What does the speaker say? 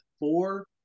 Four